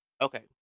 okay